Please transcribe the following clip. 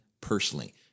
personally